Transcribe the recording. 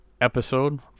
episode